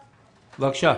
בבקשה.